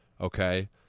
Okay